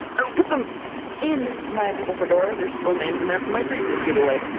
i will put them in my purple fedora there's still names in there from my previous giveaway!